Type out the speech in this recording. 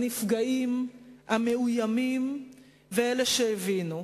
הנפגעים, המאוימים ואלה שהבינו,